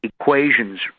equations